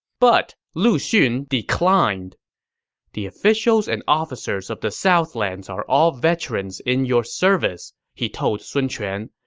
but lu xun declined the officials and officers of the southlands are all veterans in your service, he told sun quan.